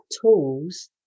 tools